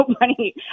money